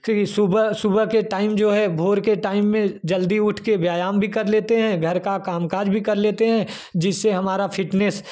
कि सुबह सुबह के टाइम जो है भोर के टाइम में जल्दी उठकर व्यायाम भी कर लेते हैं घर का कामकाज भी कर लेते हैं जिससे हमारा फिटनेस